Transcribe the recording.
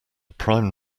prime